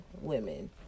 women